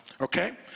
okay